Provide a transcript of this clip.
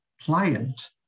pliant